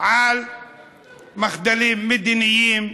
על מחדלים מדיניים,